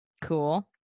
Cool